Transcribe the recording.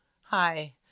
Hi